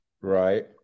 Right